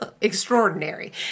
extraordinary